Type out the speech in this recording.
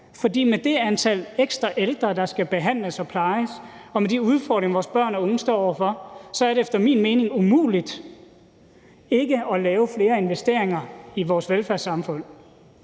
For med det antal ekstra ældre, der skal behandles og plejes, og med de udfordringer, vores børn og unge står over for, så er det efter min mening umuligt ikke at lave flere investeringer i vores velfærdssamfund.